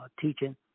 teaching